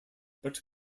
but